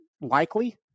likely